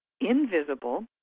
invisible